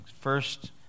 First